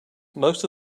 most